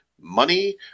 money